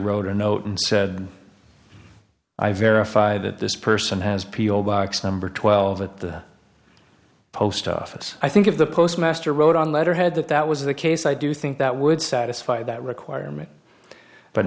wrote a note and said i verify that this person has p o box number twelve that the post office i think of the postmaster wrote on letterhead that that was the case i do think that would satisfy that requirement but